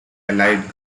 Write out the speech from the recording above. allied